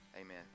Amen